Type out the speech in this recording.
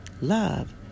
love